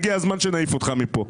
הגיע הזמן שנעיף אותך מפה.